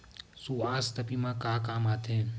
सुवास्थ बीमा का काम आ थे?